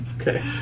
Okay